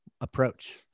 approach